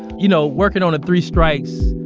you know working on the three strikes,